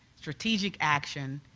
strategic action